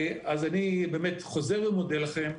אז אני חוזר ומודה לכם,